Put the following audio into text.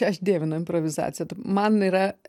aš dievinu improvizaciją man yra